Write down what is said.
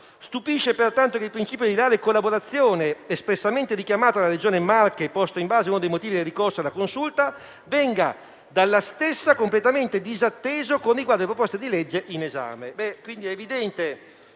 stupiva pertanto che il principio di leale collaborazione, espressamente richiamato dalla Regione Marche e posto in base ad uno dei motivi del ricorso alla Consulta, venisse dalla stessa completamente disatteso con riguardo alle proposte di legge in esame.